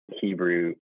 Hebrew